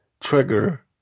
Trigger